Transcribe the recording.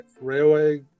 Railway